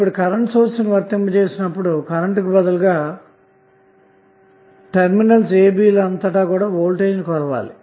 ఇప్పుడు current source ని వర్తింప చేసినప్పుడు కరెంటు కు బదులుగాటెర్మినల్స్ a b లు అంతటా వోల్టేజ్ను కొలవాలి